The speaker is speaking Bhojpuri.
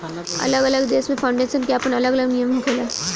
अलग अलग देश में फाउंडेशन के आपन अलग अलग नियम होखेला